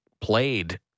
played